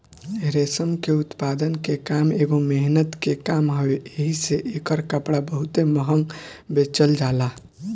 रेशम के उत्पादन के काम एगो मेहनत के काम हवे एही से एकर कपड़ा बहुते महंग बेचल जाला